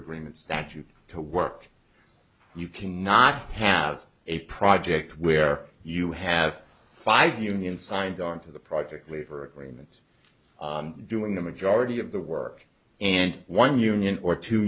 agreement statute to work you cannot have a project where you have five union signed on to the project labor agreements doing the majority of the work and one union or t